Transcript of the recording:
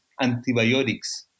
antibiotics